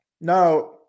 Now